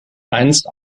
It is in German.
einst